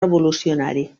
revolucionari